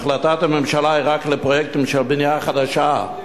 שהחלטת הממשלה היא רק לפרויקטים של בנייה חדשה,